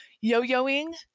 yo-yoing